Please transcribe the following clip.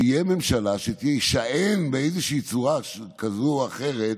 שתהיה ממשלה שתישען באיזושהי צורה כזו או אחרת